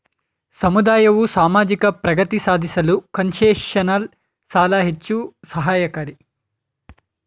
ಸಮುದಾಯವು ಸಾಮಾಜಿಕ ಪ್ರಗತಿ ಸಾಧಿಸಲು ಕನ್ಸೆಷನಲ್ ಸಾಲ ಹೆಚ್ಚು ಸಹಾಯಕಾರಿ